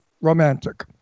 romantic